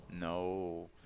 No